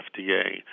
FDA